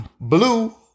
Blue